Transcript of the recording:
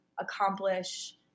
accomplish